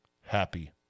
happy